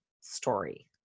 story